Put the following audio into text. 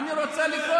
סמי,